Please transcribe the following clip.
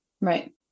right